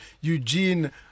eugene